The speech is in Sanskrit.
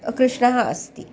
कृष्णः अस्ति